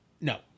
No